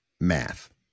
math